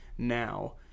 now